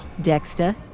Dexter